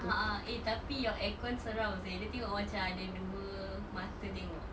a'ah eh tapi your aircon seram seh dia tengok macam ada dua mata tengok